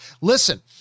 Listen